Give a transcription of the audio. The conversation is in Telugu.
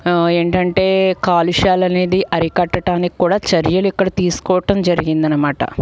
ఏంటంటే కాలుష్యాలు అనేది అరికట్టడానికి కూడా చర్యలు ఇక్కడ తీసుకోవడం జరిగింది అన్నమాట